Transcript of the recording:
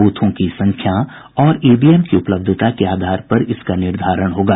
बूथों की संख्या और ईवीएम की उपलब्धता के आधार पर इसका निर्धारण होगा